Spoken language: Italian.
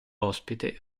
ospite